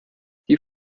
die